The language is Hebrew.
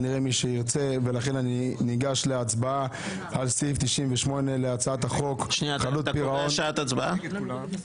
לכן אני ניגש להצבעה על סעיף 98 להצעת חוק חדלות פירעון ושיקום כלכלי.